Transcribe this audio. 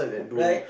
right